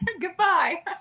Goodbye